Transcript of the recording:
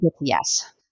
Yes